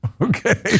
Okay